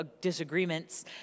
disagreements